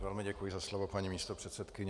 Velmi děkuji za slovo, paní místopředsedkyně.